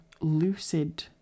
lucid